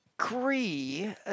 agree